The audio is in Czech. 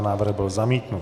Návrh byl zamítnut.